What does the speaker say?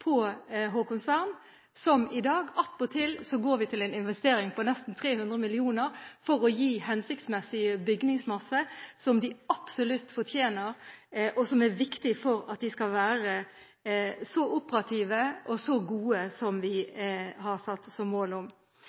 på Håkonsvern, som i dag. Attpåtil går vi til en investering på nesten 300 mill. kr for å gi dem en hensiktsmessig bygningsmasse, som de absolutt fortjener, og som er viktig for at de skal være så operative og så gode som vi har satt som mål.